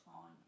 on